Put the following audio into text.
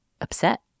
upset